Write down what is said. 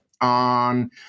on